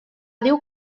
diu